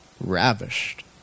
ravished